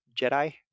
Jedi